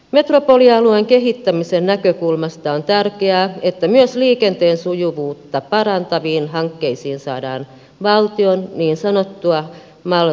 metropolialueen kehittämisen näkökulmasta on tärkeää että myös liikenteen sujuvuutta parantaviin hankkeisiin saadaan valtion niin sanottua mal rahoitusta